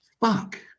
Fuck